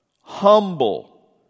Humble